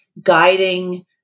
guiding